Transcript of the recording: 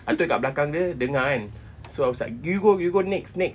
lepas itu dekat belakang dia dengar kan so I was like you go you go next next